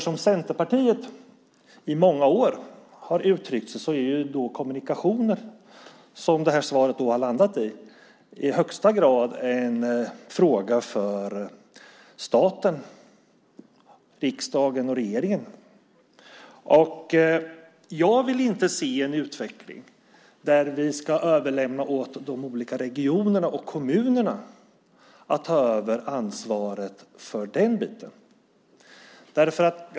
Som Centerpartiet i många år har uttryckt sig är ju kommunikationer, som det här svaret har landat i, i högsta grad en fråga för staten, riksdagen och regeringen. Jag vill inte se en utveckling där vi ska överlämna åt de olika regionerna och kommunerna att ta över ansvaret för den biten.